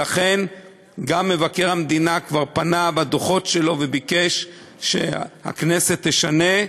לכן גם מבקר המדינה כבר פנה בדוחות שלו וביקש שהכנסת תשנה.